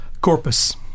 Corpus